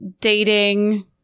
dating